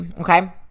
okay